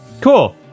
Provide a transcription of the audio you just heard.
Cool